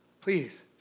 please